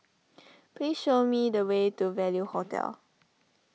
please show me the way to Value Hotel